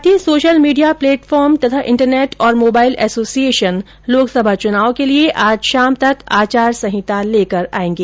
भारतीय social media platform तथा internet और मोबाइल एसोसिएशन लोकसभा चुनाव के लिए आज शाम तक आचार संहिता लेकर आएंगे